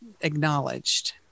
acknowledged